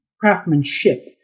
craftsmanship